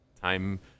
Time